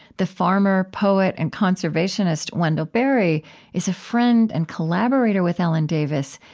the farmer, poet, and conservationist wendell berry is a friend and collaborator with ellen davis,